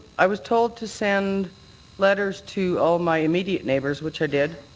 i was told to send letters to all my immediate neighbours, which i did.